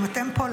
אם אתם פה,